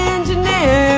Engineer